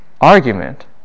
argument